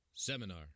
Seminar